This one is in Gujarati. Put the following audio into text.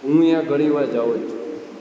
હું અહીંયા ઘણી વાર જાઉ જ છું